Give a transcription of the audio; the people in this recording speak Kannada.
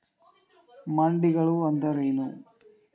ಮಂಡಿಗಳು ಅಂದ್ರೇನು?